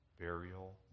burial